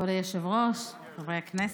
כבוד היושב-ראש, חברי הכנסת,